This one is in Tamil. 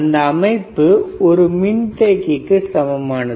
இந்த அமைப்பு ஒரு மின்தேக்கிக்கு சமமானது